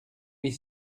huit